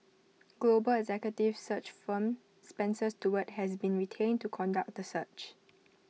global executive search firm Spencer Stuart has been retained to conduct the search